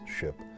ship